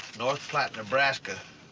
north platte, nebraska.